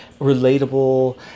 relatable